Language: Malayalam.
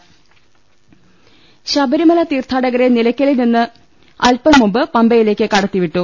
ലലലലലലലലലലലല ശബരിമല തീർത്ഥാടകരെ നിലയ്ക്കലിൽ നിന്ന് അല്പം മുമ്പ് പമ്പയിലേക്ക് കടത്തിവിട്ടു